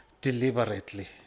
deliberately